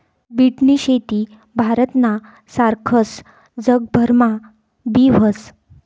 बीटनी शेती भारतना सारखस जगभरमा बी व्हस